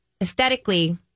aesthetically